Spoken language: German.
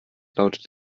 lautet